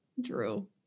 Drew